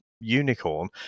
unicorn